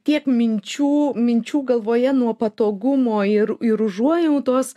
tiek minčių minčių galvoje nuo patogumo ir ir užuojautos